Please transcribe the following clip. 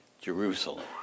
Jerusalem